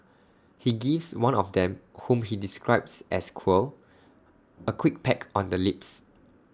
he gives one of them whom he describes as queer A quick peck on the lips